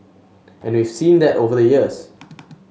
and we've seen that over the years